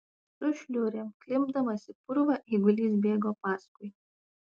su šliurėm klimpdamas į purvą eigulys bėgo paskui